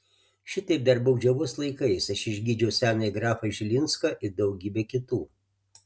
šitaip dar baudžiavos laikais aš išgydžiau senąjį grafą žilinską ir daugybę kitų